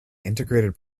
integrated